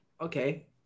Okay